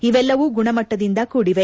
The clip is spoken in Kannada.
ಇವೆಲ್ಲವೂ ಗುಣಮಟ್ಟದಿಂದ ಕೂಡಿವೆ